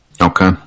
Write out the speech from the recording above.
Okay